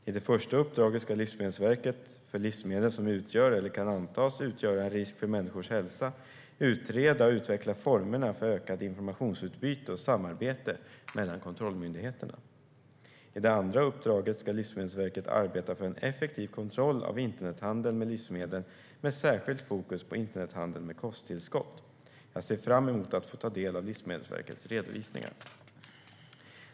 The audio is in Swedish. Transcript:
I det första uppdraget ska Livsmedelsverket för livsmedel som utgör eller kan antas utgöra en risk för människors hälsa utreda och utveckla formerna för ökat informationsutbyte och samarbete mellan kontrollmyndigheterna. I det andra uppdraget ska Livsmedelsverket arbeta för en effektiv kontroll av internethandel med livsmedel med särskilt fokus på internethandel med kosttillskott. Jag ser fram emot att få ta del av Livsmedelsverkets redovisningar.